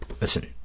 Listen